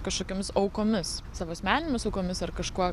kažkokiomis aukomis savo asmeninėmis aukomis ar kažkuo